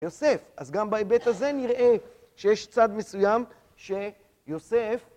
יוסף, אז גם בהיבט הזה נראה שיש צד מסוים ש. שיוסף